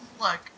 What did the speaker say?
look